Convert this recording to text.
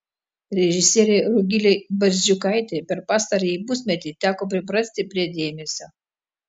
režisierei rugilei barzdžiukaitei per pastarąjį pusmetį teko priprasti prie dėmesio